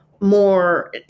more